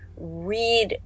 read